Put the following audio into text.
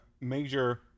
major